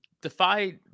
defy